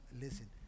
Listen